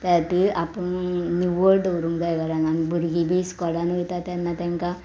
त्या खातीर आपूण निवळ दवरूंक जाय कारणान भुरगीं बी इस्कॉलान वयता तेन्ना तांकां